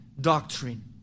doctrine